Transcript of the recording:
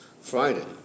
Friday